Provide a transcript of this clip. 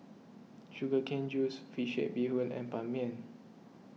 Sugar Cane Juice Fish Head Bee Hoon and Ban Mian